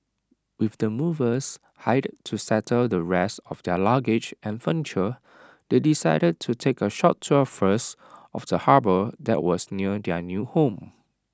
with the movers hired to settle the rest of their luggage and furniture they decided to take A short tour first of the harbour that was near their new home